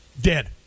Dead